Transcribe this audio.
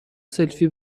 سلفی